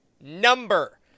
number